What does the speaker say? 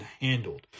handled